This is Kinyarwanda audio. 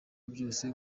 byose